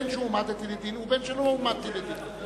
בין שהועמדתי לדין ובין שלא הועמדתי לדין.